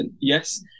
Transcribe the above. Yes